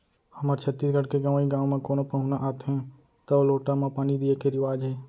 हमर छत्तीसगढ़ के गँवइ गाँव म कोनो पहुना आथें तौ लोटा म पानी दिये के रिवाज हे